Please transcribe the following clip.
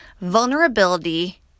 vulnerability